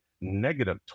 negative